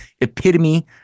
epitome